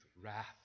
wrath